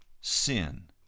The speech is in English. sin